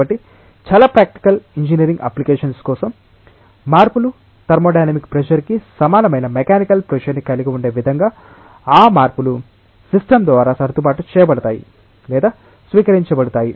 కాబట్టి చాలా practical engineering applications కోసం మార్పులు థర్మోడైనమిక్ ప్రెషర్ కి సమానమైన మెకానికల్ ప్రెషర్ ని కలిగి ఉండే విధంగా ఆ మార్పులు సిస్టమ్ ద్వారా సర్దుబాటు చేయబడతాయి లేదా స్వీకరించబడతాయి